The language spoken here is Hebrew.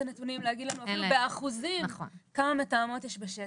הנתונים להגיד לנו אפילו באחוזים כמה מתאמות יש בשטח,